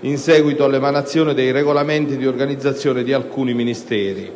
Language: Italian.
in seguito all'emanazione dei regolamenti di organizzazione di alcuni Ministeri.